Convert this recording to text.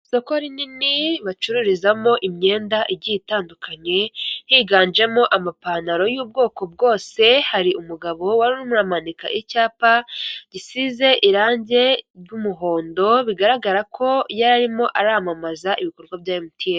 Isoko rinini bacururizamo imyenda igiye itandukanye higanjemo amapantaro y'ubwoko bwose hari umugabo wamanikaga icyapa gisize irangi ry'umuhondo bigaragara ko yarimo aramamaza ibikorwa bya emutiyeni.